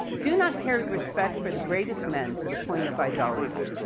do not carry respect for the greatest men to the point of idolatry.